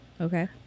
Okay